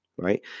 right